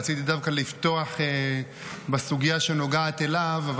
רציתי דווקא לפתוח בסוגיה שנוגעת אליו.